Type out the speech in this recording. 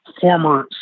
Former